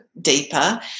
deeper